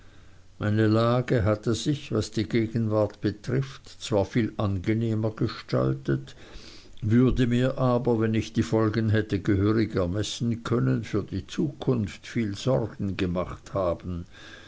meine lage hatte sich was die gegenwart betrifft zwar viel angenehmer gestaltet würde mir aber wenn ich die folgen hätte gehörig ermessen können für die zukunft viel sorgen gemacht haben